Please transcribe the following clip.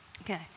Okay